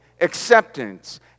acceptance